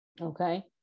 Okay